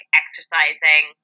exercising